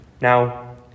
Now